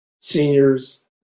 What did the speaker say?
seniors